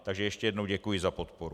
Takže ještě jednou děkuji za podporu.